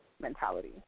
mentality